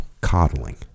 coddling